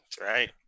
right